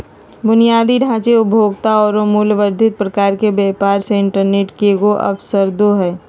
बुनियादी ढांचे, उपभोक्ता औरो मूल्य वर्धित प्रकार के व्यापार मे इंटरनेट केगों अवसरदो हइ